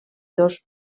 dos